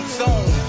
zone